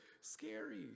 scary